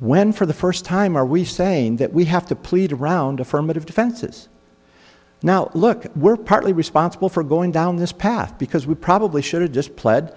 when for the first time are we saying that we have to plead around affirmative defenses now look we're partly responsible for going down this path because we probably should have just pled